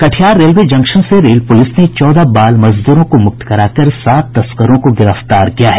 Katihar railway junction से rail police ने चौदह बाल मजदूरों को मुक्त कराकर सात तस्करों को गिरफ्तार किया है